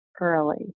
early